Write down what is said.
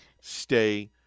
stay